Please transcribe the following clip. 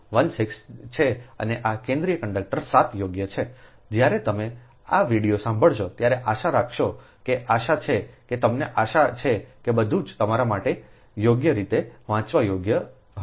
તેથી આ 1 2 1 6 છે અને આ કેન્દ્રીય કંડક્ટર 7 યોગ્ય છે જ્યારે તમે આ વિડિઓ સાંભળશો ત્યારે આશા રાખશો કે આશા છે કે તમને આશા છે કે બધું જ તમારા માટે યોગ્ય રીતે વાંચવા યોગ્ય હશે